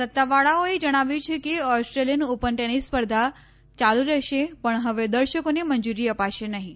સત્તાવાળાઓએ જણાવ્યું છે કે ઓસ્રેઆલિયન ઓપન ટેનીસ સ્પર્ધા યાલુ રહેશે પણ હવે દર્શકોને મંજૂરી અપાશે નહિં